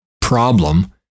problem